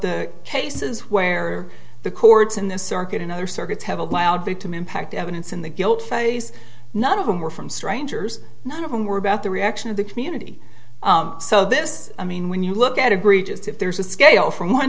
the cases where the courts in the circuit and other circuits have allowed victim impact evidence in the guilt phase none of them were from strangers none of them were about the reaction of the community so this i mean when you look at agreed just if there's a scale from one